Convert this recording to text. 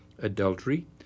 Adultery